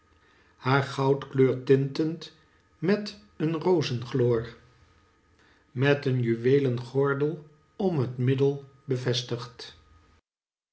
haar goudkleur tintend met een rozen gloor met een juweelen gordel om het middel bevestigd